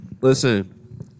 Listen